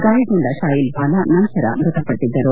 ಗಾಯಗೊಂಡ ಶಾಯಿಲ್ಬಾಲಾ ನಂತರ ಮೃತಪಟ್ಟದ್ದರು